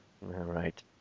Right